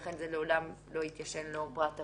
לכן לעולם לא יתיישן להם פרט הרישום.